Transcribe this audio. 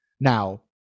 Now